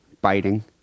biting